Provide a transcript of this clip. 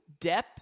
Depp